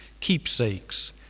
keepsakes